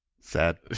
Sad